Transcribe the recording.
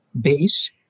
base